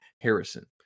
Harrison